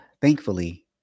thankfully